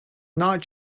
not